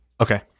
Okay